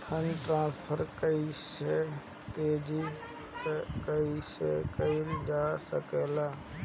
Fund transfer सबसे तेज कइसे करल जा सकेला?